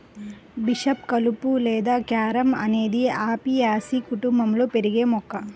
bishop కలుపు లేదా carom అనేది అపియాసి కుటుంబంలో పెరిగే మొక్క